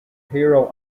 hero